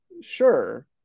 sure